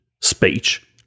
speech